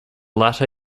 latter